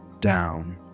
down